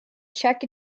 check